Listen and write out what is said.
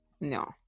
No